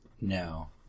No